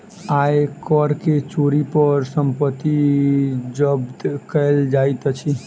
आय कर के चोरी पर संपत्ति जब्त कएल जाइत अछि